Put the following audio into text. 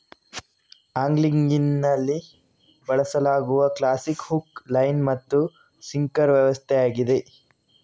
ಆಂಗ್ಲಿಂಗಿನಲ್ಲಿ ಬಳಸಲಾಗುವ classic hook, line ಮತ್ತು sinker ವ್ಯವಸ್ಥೆಯಾಗಿದೆ